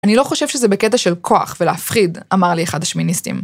‫אני לא חושב שזה בקטע של כוח ולהפחיד, ‫אמר לי אחד השמיניסטים.